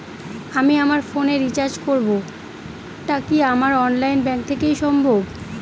আমি আমার ফোন এ রিচার্জ করব টা কি আমার অনলাইন ব্যাংক থেকেই সম্ভব?